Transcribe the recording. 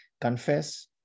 confess